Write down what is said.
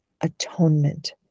atonement